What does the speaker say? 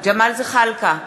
ג'מאל זחאלקה,